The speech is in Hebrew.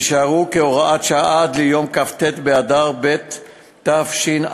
יישארו כהוראת שעה עד ליום כ"ט באדר ב' התשע"ד,